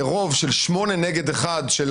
בין כנסות או ברוב מאוד מיוחס ובהסכמות נרחבות בין